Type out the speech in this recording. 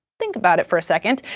think about it for a second.